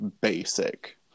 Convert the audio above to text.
basic